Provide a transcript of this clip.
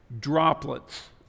droplets